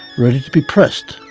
ready to be pressed.